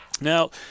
Now